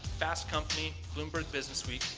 fast company, bloomberg business week,